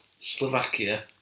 Slovakia